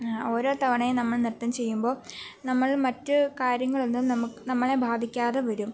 ഓരോ തവണയും നമ്മൾ നൃത്തം ചെയ്യുമ്പോൾ നമ്മൾ മറ്റു കാര്യങ്ങളൊന്നും നമുക്ക് നമ്മളെ ബാധിക്കാതെ വരും